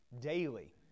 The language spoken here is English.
daily